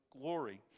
glory